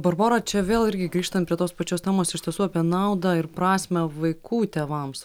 barbora čia vėl irgi grįžtam prie tos pačios temos iš tiesų apie naudą ir prasmę vaikų tėvams